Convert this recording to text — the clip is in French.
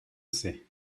sait